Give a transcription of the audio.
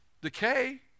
decay